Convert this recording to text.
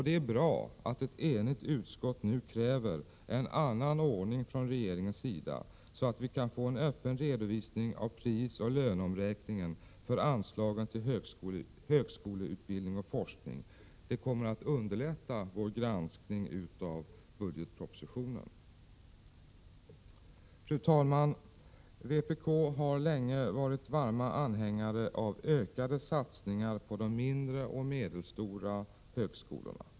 Det är bra att ett enigt utskott nu kräver en annan ordning från regeringens sida, så att vi kan få en öppen redovisning av prisoch löneomräkningen för anslagen till högskoleutbildning och forskning. Det kommer att underlätta vår granskning av budgetpropositionen. Fru talman! Vi i vpk har länge varit varma anhängare av ökade satsningar på de mindre och medelstora högskolorna.